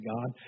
God